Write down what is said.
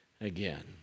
again